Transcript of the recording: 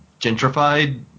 gentrified